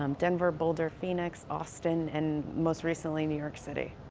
um denver, boulder, phoenix, austin, and most recently, new york city.